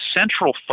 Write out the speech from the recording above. central